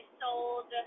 sold